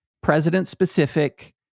president-specific